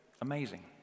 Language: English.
amazing